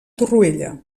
torroella